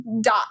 dot